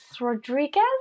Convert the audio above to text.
Rodriguez